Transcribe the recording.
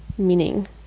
Meaning